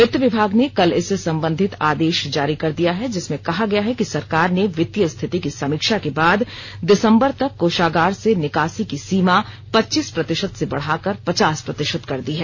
वित्त विभाग ने कल इससे संबंधित आदेश जारी कर दिया है जिसमें कहा गया है कि सरकार ने वित्तीय स्थिति की समीक्षा के बाद दिसंबर तक कोषागार से निकासी की सीमा पच्चीस प्रतिशत से बढ़ा कर पचास प्रतिशत कर दी है